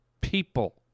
people